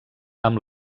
amb